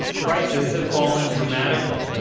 prices have fallen dramatically.